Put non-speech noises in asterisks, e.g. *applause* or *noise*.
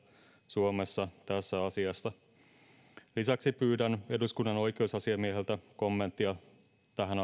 suomessa tässä asiassa lisäksi pyydän eduskunnan oikeusasiamieheltä kommenttia tähän *unintelligible*